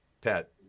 Pat